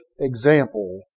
example